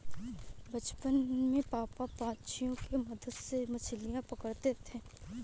बचपन में पापा पंछियों के मदद से मछलियां पकड़ते थे